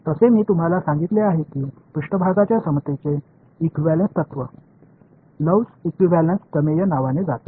तसे मी तुम्हाला सांगितले आहे की पृष्ठभागाच्या समतेचे इक्विव्हॅलेंस तत्त्व लव्हस इक्विव्हॅलेंस प्रमेय नावाने जाते